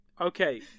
Okay